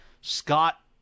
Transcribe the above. Scott